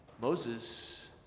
Moses